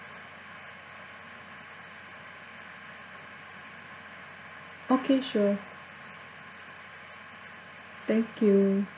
okay sure thank you